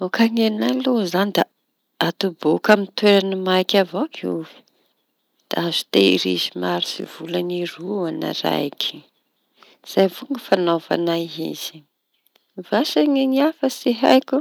Ôka ny anay aloha izañy da atoboky amin'ny toerañy maiky avao ty ovy da azo tehirizy volañy roa na raiky zay avao ny fañaovanay izy. Vasa ne ny hafa tsy haiko.